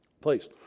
please